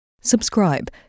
Subscribe